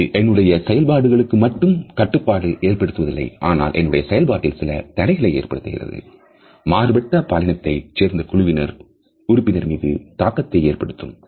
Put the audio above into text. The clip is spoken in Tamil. அது என்னுடைய செயல்பாட்டுக்கு மட்டும் கட்டுப்பாட்டு ஏற்படுத்துவதில்லை ஆனால் என்னுடைய செயல்பாட்டில் சில தடைகளை ஏற்படுத்துகிறது மாறுபட்டு பாலினத்தை சேர்ந்த குழுவின் உறுப்பினர் மீதும் தாக்கத்தை ஏற்படுத்தும்